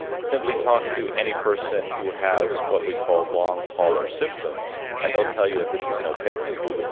simply talk to any person who has what we call long haul or symptoms and they'll tell you that this is no picnic,